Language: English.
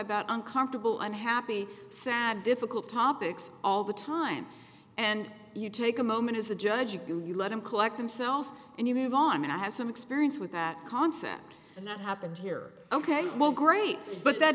about uncomfortable and happy sad difficult topics all the time and you take a moment as the judge you let him collect themselves and you move on and i have some experience with that concept and that happened here ok well great but that